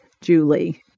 Julie